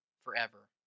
forever